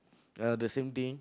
uh the same thing